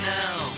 now